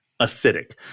acidic